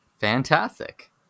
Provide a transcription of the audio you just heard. Fantastic